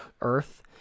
earth